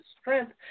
strength